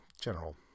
general